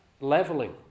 leveling